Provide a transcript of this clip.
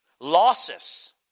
Losses